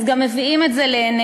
אז גם מביאים את זה לעיניהם,